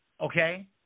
okay